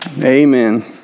Amen